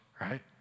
right